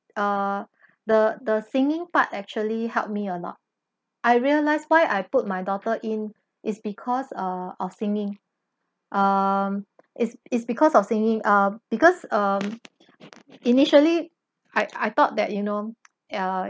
uh the the singing part actually helped me a lot I realized why I put my daughter in is because uh of singing um is is because of singing err because um initially I I thought that you know ya